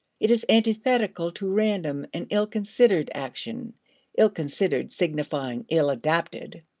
it is antithetical to random and ill-considered action ill-considered signifying ill-adapted.